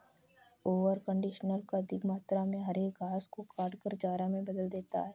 mower conditioner अधिक मात्रा में हरे घास को काटकर चारा में बदल देता है